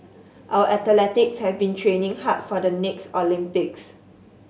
our athletes have been training hard for the next Olympics